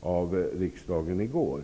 av riksdagen i går.